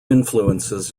influences